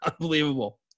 Unbelievable